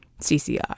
CCR